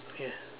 yeah